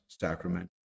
sacrament